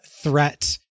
threat